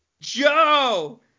Joe